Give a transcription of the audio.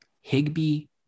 Higby